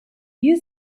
you